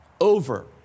over